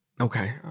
okay